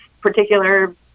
particular